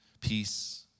peace